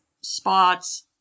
spots